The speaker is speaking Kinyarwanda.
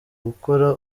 gukora